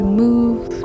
move